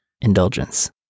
indulgence